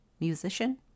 musician